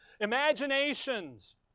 Imaginations